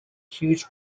huge